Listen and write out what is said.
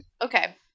okay